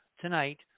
tonight